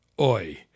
Oi